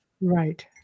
Right